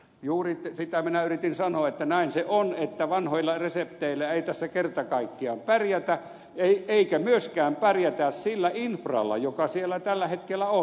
juuri sitä minä yritin sanoa että näin se on että vanhoilla resepteillä ei tässä kerta kaikkiaan pärjätä eikä myöskään pärjätä sillä infralla joka siellä tällä hetkellä on